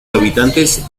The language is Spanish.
habitantes